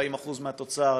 40% מהתוצר.